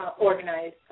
organized